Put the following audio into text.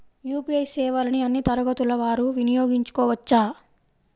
UPI సేవలని అన్నీ తరగతుల వారు వినయోగించుకోవచ్చా?